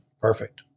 Perfect